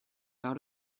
out